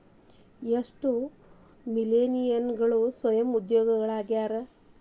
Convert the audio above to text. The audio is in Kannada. ಎಷ್ಟ ಮಿಲೇನಿಯಲ್ಗಳ ಸ್ವಯಂ ಉದ್ಯೋಗಿಗಳಾಗ್ಯಾರ